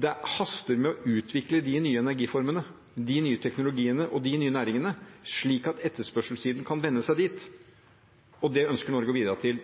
det haster med å utvikle de nye energiformene, de nye teknologiene og de nye næringene, slik at etterspørselssiden kan vende seg dit. Det ønsker Norge å bidra til.